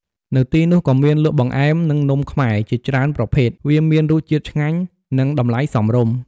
នៅទីនោះក៏មានលក់ បង្អែម និងនំខ្មែរ ជាច្រើនប្រភេទ វាមានរសជាតិឆ្ងាញ់ និង តម្លៃសមរម្យ។